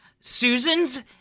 Susan's